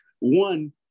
one